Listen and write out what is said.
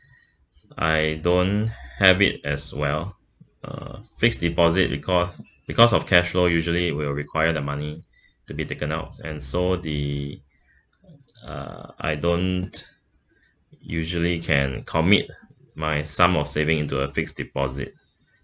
I don't have it as well uh fixed deposit because because of cash flow usually will require the money could be taken out and so the uh I don't usually can commit my sum of saving into a fixed deposit